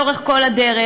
לאורך כל הדרך,